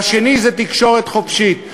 והשנייה זו תקשורת חופשית.